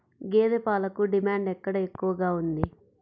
గేదె పాలకు డిమాండ్ ఎక్కడ ఎక్కువగా ఉంది?